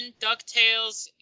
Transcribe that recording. DuckTales